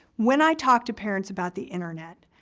when i talk to parents about the internet,